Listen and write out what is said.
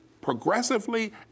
progressively